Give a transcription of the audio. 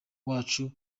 wacu